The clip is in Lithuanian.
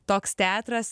toks teatras